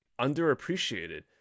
underappreciated